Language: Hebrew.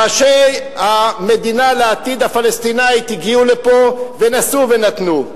ראשי המדינה הפלסטינית לעתיד הגיעו לפה ונשאו ונתנו.